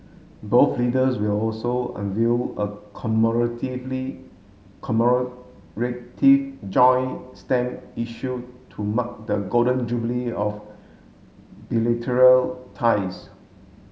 both leaders will also unveil a commemorative joint stamp issue to mark the Golden Jubilee of ties